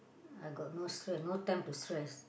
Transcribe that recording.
I got no stress no time to stress